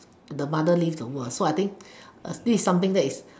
the mother leave the world so I think this is something